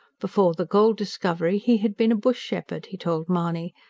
before the gold discovery he had been a bush shepherd, he told mahony,